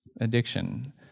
addiction